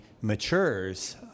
matures